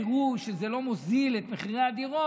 יראו שזה לא מוריד את מחירי הדירות,